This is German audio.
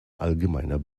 allgemeiner